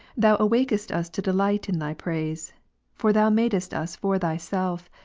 thou awakest us to delight in thy praise for thou madest us for thyself,